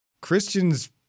Christians